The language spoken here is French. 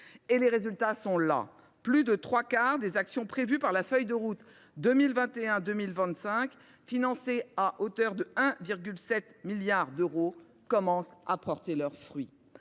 Et les résultats sont là : plus de trois quarts des actions prévues dans la feuille de route 2021 2025, financée à hauteur de 1,7 milliard d’euros, commencent à porter leurs fruits.